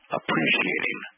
appreciating